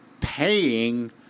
paying